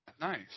nice